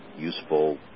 useful